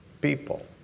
people